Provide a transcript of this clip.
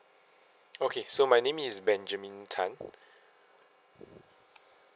okay so my name is benjamin tan